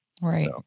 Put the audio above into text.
Right